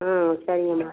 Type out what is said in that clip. ம் சரிங்கம்மா